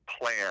plan